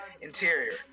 Interior